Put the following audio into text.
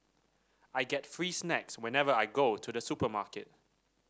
I get free snacks whenever I go to the supermarket